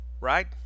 Right